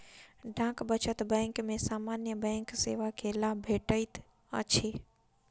डाक बचत बैंक में सामान्य बैंक सेवा के लाभ भेटैत अछि